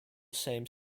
same